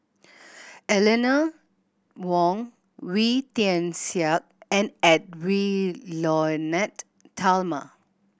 Eleanor Wong Wee Tian Siak and Edwy Lyonet Talma